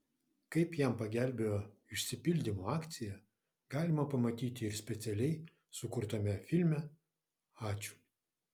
kaip jam pagelbėjo išsipildymo akcija galima pamatyti ir specialiai sukurtame filme ačiū